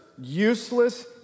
useless